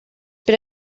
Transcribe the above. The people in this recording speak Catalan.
per